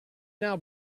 now